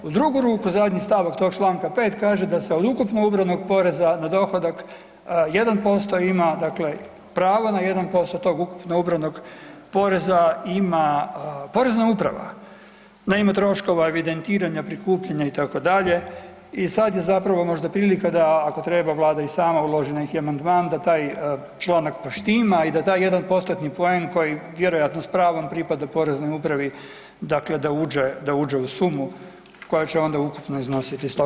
U drugu ruku zadnji stavak tog Članka 5. kaže da se od ukupno ubranog poreza na dohodak 1% ima dakle prava na 1% tog ukupno ubranog poreza ima Porezna uprava na ime troškova, evidentiranja, prikupljanja itd. i sad je zapravo možda prilika ako treba Vlada i sama uloži neki amandman da taj članak poštima i da taj 1 postotni poen koji vjerojatno s pravom pripada Poreznoj upravi dakle da uđe, da uđe u sumu koja će ona ukupno iznositi 100.